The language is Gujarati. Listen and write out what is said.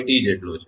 5T જેટલો છે